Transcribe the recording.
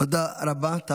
תודה רבה.